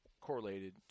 correlated